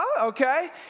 Okay